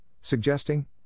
suggesting